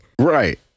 Right